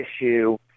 issue